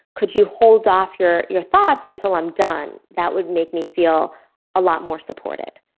could you hold off your your thoughts until i'm done? that would make me feel a lot more supported.